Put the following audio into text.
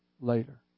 later